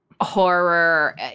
horror